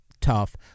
tough